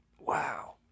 Wow